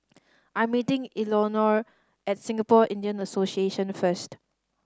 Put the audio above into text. I am meeting Eleonore at Singapore Indian Association first